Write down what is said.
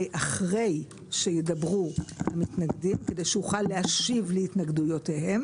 אחרי שידברו המתנגדים כדי שאוכל להשיב להתנגדויותיהם.